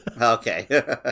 Okay